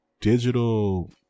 digital